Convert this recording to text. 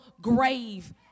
grave